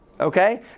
Okay